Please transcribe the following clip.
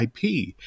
IP